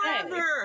forever